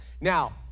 Now